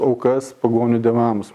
aukas pagonių dievams